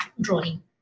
drawing